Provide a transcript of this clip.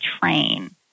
train